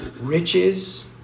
riches